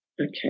Okay